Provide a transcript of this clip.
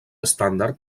estàndard